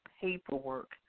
paperwork